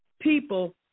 people